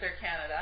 Canada